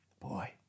boy